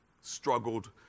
struggled